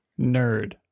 nerd